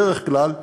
בדרך כלל,